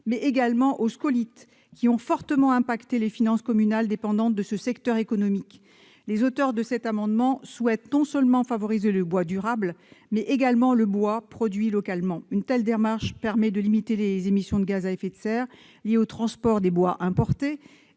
mais également aux scolytes, qui ont fortement impacté les finances communales dépendantes de ce secteur économique. Les auteurs de cet amendement souhaitent non seulement favoriser le bois durable, mais également le bois produit localement. Une telle démarche permet de limiter les émissions de gaz à effet de serre liées aux transports des bois importés,